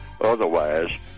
Otherwise